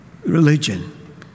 religion